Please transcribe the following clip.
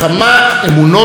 זו עוצמתם.